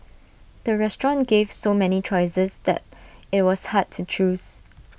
the restaurant gave so many choices that IT was hard to choose